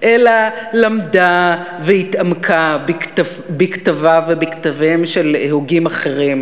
אלא למדה והתעמקה בכתביו ובכתביהם של הוגים אחרים,